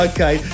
Okay